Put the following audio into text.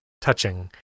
touching